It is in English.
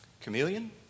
Chameleon